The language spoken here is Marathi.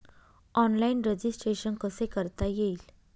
ऑनलाईन रजिस्ट्रेशन कसे करता येईल?